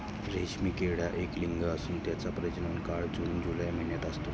रेशीम किडा एकलिंगी असून त्याचा प्रजनन काळ जून जुलै महिन्यात असतो